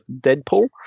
Deadpool